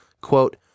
Quote